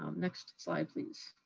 um next slide, please.